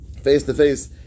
face-to-face